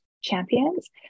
champions